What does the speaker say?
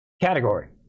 category